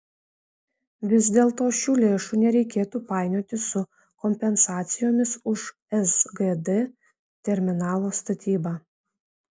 vis dėlto šių lėšų nereikėtų painioti su kompensacijomis už sgd terminalo statybą